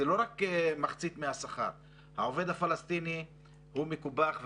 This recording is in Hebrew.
זה לא רק מחצית מהשכר, העובד הפלסטיני מקופח.